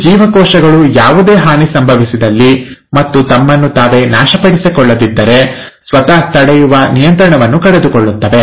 ಈ ಜೀವಕೋಶಗಳು ಯಾವುದೇ ಹಾನಿ ಸಂಭವಿಸಿದಲ್ಲಿ ಮತ್ತು ತಮ್ಮನ್ನು ತಾವೇ ನಾಶಪಡಿಸಿಕೊಳ್ಳದ್ದಿದ್ದರೆ ಸ್ವತಃ ತಡೆಯುವ ನಿಯಂತ್ರಣವನ್ನು ಕಳೆದುಕೊಳ್ಳುತ್ತವೆ